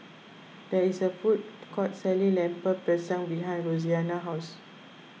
there is a food court selling Lemper Pisang behind Roseanna's house